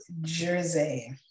Jersey